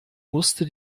musste